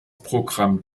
programm